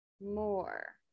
More